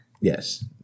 Yes